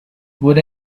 would